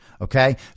Okay